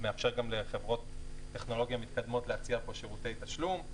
זה מאפשר גם לחברות טכנולוגיה מתקדמות להציע פה שירותי תשלום.